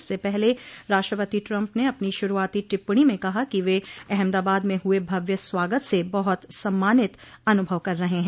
इससे पहले राष्ट्रपति ट्रंप ने अपनी शुरूआती टिप्पणी में कहा कि वे अहमदाबाद में हुए भव्य स्वागत से बहुत सम्मानित अनूभव कर रहे हैं